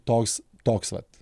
toks toks vat